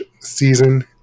season